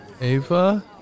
Ava